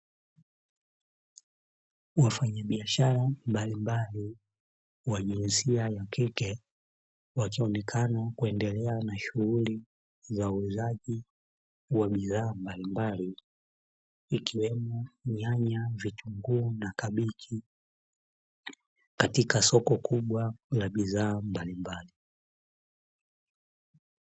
Wafanyabiashara mbalimbali wa jinsia ya kike wakionekana kuendelea na shughuli ya uuzaji wa bidhaa mbalimbali ikiwemo nyanya, vitunguu na kabichi katika soko kubwa la bidhaa mbalimbali.